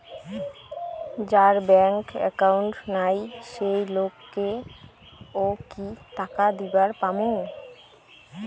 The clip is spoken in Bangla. যার ব্যাংক একাউন্ট নাই সেই লোক কে ও কি টাকা দিবার পামু?